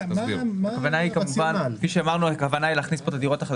כפי שאמרנו הכוונה היא להכניס כאן את הדירות.